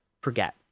forget